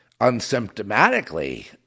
unsymptomatically